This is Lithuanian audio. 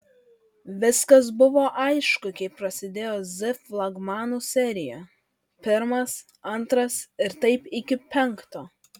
viskas buvo aišku kai prasidėjo z flagmanų serija pirmas antras ir taip iki penkto